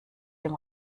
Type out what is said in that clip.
dem